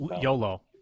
YOLO